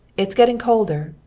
it's getting colder.